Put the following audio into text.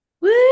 Woo